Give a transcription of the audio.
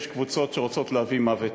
יש קבוצות שרוצות להביא מוות.